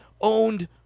owned